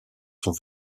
sont